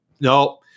no